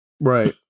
right